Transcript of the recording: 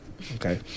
Okay